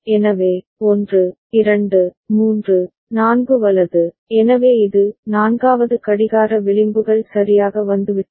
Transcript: எனவே 1 2 3 4 வலது எனவே இது நான்காவது கடிகார விளிம்புகள் சரியாக வந்துவிட்டன